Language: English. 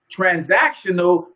Transactional